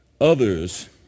others